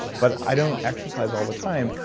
but i don't exercise all the time.